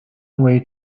away